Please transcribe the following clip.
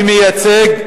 אני מייצג,